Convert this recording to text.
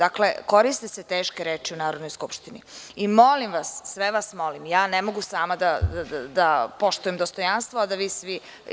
Dakle, koriste se teške reči u Narodnoj skupštini i molim vas, sve vas molim, ne mogu sama da poštujem dostojanstvo, a da vi svi